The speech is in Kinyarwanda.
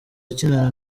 akinana